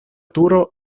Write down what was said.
turo